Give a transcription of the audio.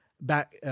back